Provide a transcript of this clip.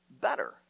better